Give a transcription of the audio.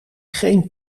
geen